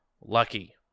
lucky